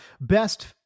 best